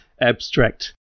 Abstract